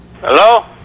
Hello